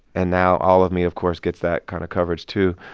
and now all of me, of course, gets that kind of coverage, too.